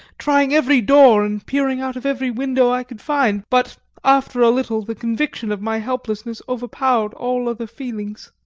trying every door and peering out of every window i could find but after a little the conviction of my helplessness overpowered all other feelings.